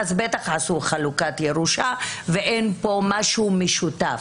בטח עשו חלוקת ירושה ואין פה משהו משותף.